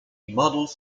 modules